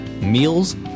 meals